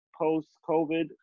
post-COVID